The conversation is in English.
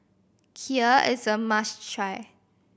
Kheer is a must try